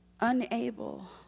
unable